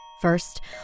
First